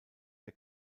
der